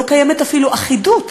לא קיימת אפילו אחידות